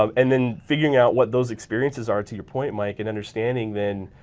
um and then figuring out what those experiences are to your point mike and understanding then,